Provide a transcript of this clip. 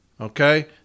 Okay